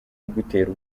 kugutera